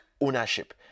ownership